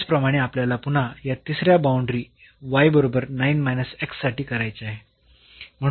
त्याचप्रमाणे आपल्याला पुन्हा या तिसऱ्या बाऊंडरी बरोबर साठी करायचे आहे